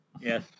Yes